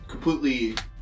completely